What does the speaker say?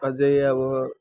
अझै अब